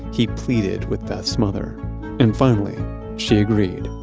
he pleaded with beth's mother and finally she agreed.